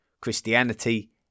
Christianity